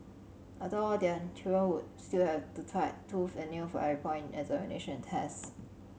after all their children would still have to tight tooth and nail for every point examination test